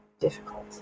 difficult